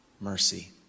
mercy